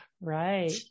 right